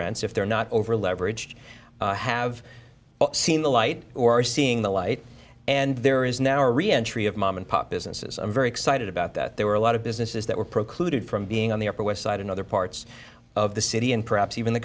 rents if they're not over leveraged have seen the light or are seeing the light and there is now a re entry of mom and pop businesses i'm very excited about that there were a lot of businesses that were proclivity from being on the upper west side in other parts of the city and perhaps even the